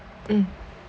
mm